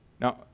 Now